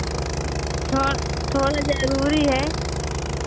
छ थोड़ा जरूरी है